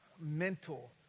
mental